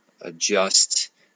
adjust